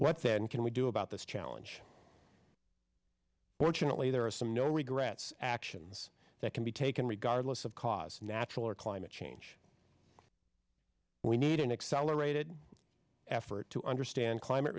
then can we do about this challenge fortunately there are some no regrets actions that can be taken regardless of cause natural or climate change we need an accelerated effort to understand climate